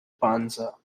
panza